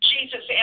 Jesus